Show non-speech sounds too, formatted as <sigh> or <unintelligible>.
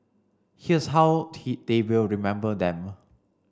here's how <unintelligible> they will remember them